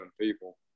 people